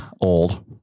old